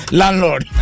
landlord